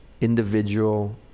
individual